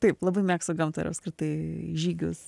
taip labai mėgstu gamtą ir apskritai žygius